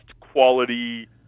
quality